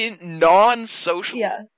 non-social